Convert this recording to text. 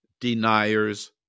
deniers